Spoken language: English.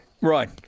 Right